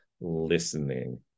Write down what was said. listening